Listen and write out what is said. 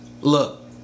Look